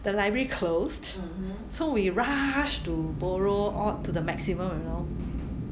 the library closed so we rushed to borrow all to the maximum you know